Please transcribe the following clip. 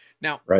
Now